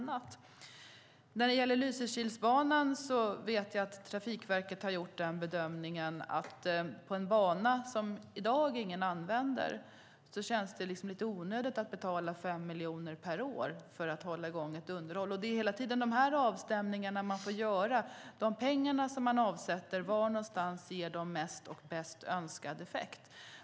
När det gäller Lysekilsbanan vet jag att Trafikverket har gjort den bedömningen att det känns lite onödigt att betala 5 miljoner per år för att hålla i gång ett underhåll på en bana som ingen använder i dag. Det är hela tiden de avvägningarna man får göra. De pengar som man avsätter, var ger de mest och bäst effekt?